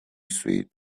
suit